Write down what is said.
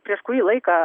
prieš kurį laiką